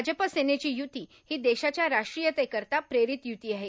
भाजप सेनेची युती हां देशाच्या राष्ट्रीयता करोता प्रेरारत युती आहे